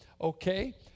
Okay